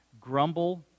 grumble